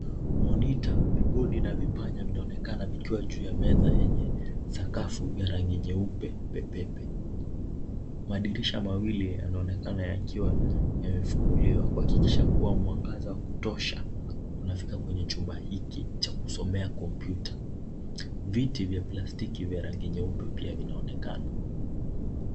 Monita, vibodi na vipanya vinaonekana vikiwa juu ya meza yenye sakafu vya rangi nyeupe pepepe. Madirisha mawili yanaonekana yakiwa yamefunguliwa kuhakikisha kuwa mwangaza wa kutosha unafika kwenye chumba hiki cha kusomea kompyuta. Viti vya plastiki vya rangi nyeupe pia vinaonekana.